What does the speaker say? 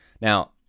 Now